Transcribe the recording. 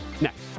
next